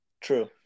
True